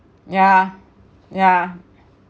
yeah yeah